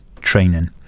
training